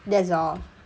that's all